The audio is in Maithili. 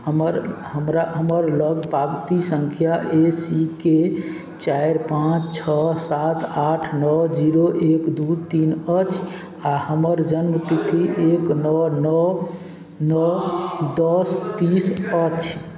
हमर हमरा हमरालग पावती सँख्या ए सी के चारि पाँच छओ सात आठ नओ जीरो एक दुइ तीन अछि आओर हमर जनमतिथि एक नओ नओ नओ दस तीस अछि